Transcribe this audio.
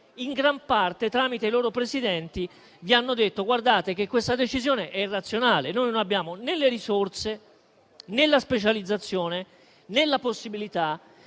in gran parte, tramite i loro presidenti, vi hanno detto che questa decisione è irrazionale, in quanto essi non hanno né le risorse, né la specializzazione, né la possibilità